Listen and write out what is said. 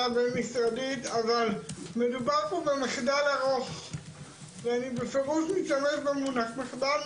הבין-משרדית אבל מדובר פה במחדל ארוך ואני בפירוש משתמש במונח מחדל,